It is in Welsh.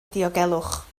diogelwch